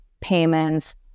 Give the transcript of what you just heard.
payments